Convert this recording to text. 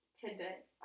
tidbit